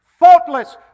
faultless